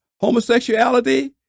Homosexuality